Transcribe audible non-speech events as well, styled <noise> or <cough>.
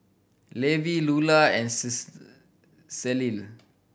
Levi Lulla and <unintelligible> Celie